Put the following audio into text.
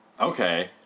Okay